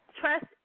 trust